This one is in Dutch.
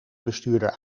bestuurder